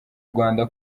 rwanda